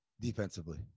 Defensively